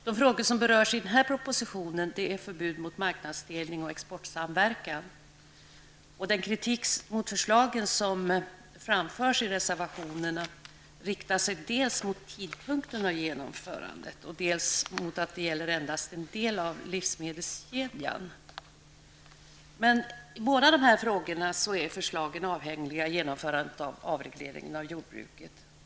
De frågor som berörs i denna proposition är förbud mot marknadsdelning och exportsamverkan. Den kritik mot förslagen som framförs i reservationerna riktar sig dels mot tidpunkten för genomförandet, dels mot att endast en del av livsmedelskedjan berörs. Men i båda de här frågorna är förslagen av avhängiga av genomförandet av avregleringen av jordbruket.